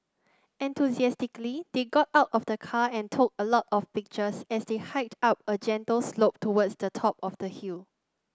enthusiastically they got out of the car and took a lot of pictures as they hiked up a gentle slope towards the top of the hill